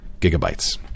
gigabytes